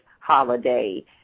holiday